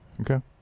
Okay